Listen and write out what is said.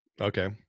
okay